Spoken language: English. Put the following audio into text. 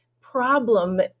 problem